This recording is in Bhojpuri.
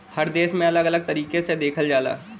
हर देश में अलग अलग तरीके से देखल जाला